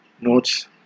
notes